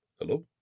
Hello